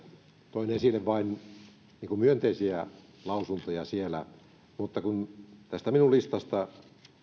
toin esille vain myönteisiä lausuntoja mutta tästä minun listastani